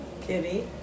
Kitty